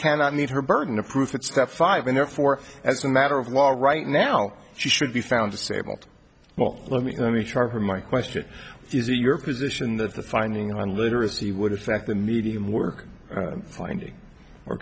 cannot meet her burden of proof that step five and therefore as a matter of law right now she should be found disabled well let me let me try her my question is your position that the finding on literacy would affect the medium we're finding or